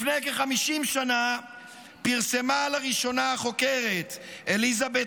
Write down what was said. לפני כ-50 שנה פרסמה לראשונה החוקרת אליזבט